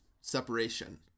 separation